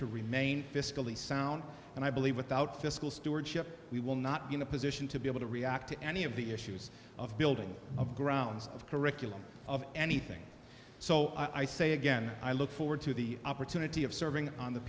to remain fiscally sound and i believe without fiscal stewardship we will not be in a position to be able to react to any of the issues of building of grounds of curriculum of anything so i say again i look forward to the opportunity of serving on the